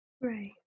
Right